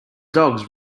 dogs